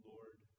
Lord